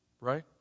Right